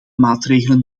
maatregelen